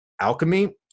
Alchemy